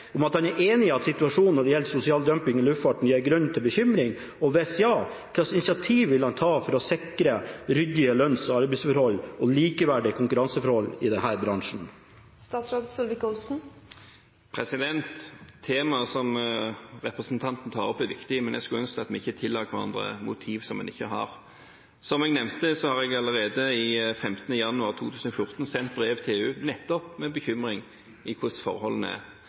han enig i at situasjonen når det gjelder sosial dumping i luftfarten, gir grunn til bekymring? Og hvis ja: Hvilket initiativ vil han ta for å sikre ryddige lønns- og arbeidsforhold og likeverdige konkurranseforhold i denne bransjen? Temaet som representanten tar opp, er viktig, men jeg skulle ønske at vi ikke tilla hverandre motiver som vi ikke har. Som jeg nevnte, sendte jeg allerede 15. januar 2014 et brev til EU nettopp med bekymring for hvordan forholdene er